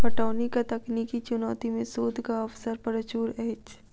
पटौनीक तकनीकी चुनौती मे शोधक अवसर प्रचुर अछि